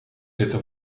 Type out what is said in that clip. zitten